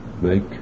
make